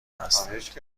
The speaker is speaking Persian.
هستند